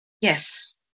Yes